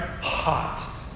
Hot